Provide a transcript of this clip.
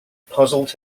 puzzled